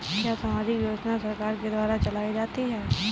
क्या सामाजिक योजना सरकार के द्वारा चलाई जाती है?